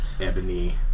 Ebony